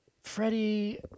Freddie